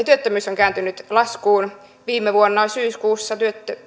työttömyys on kääntynyt laskuun viime vuonna syyskuussa